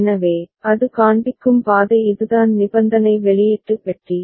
எனவே அது காண்பிக்கும் பாதை இதுதான் நிபந்தனை வெளியீட்டு பெட்டி